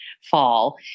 fall